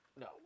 No